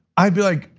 i'd be like,